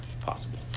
possible